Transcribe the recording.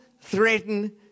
threaten